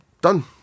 done